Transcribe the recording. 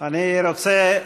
אני רוצה,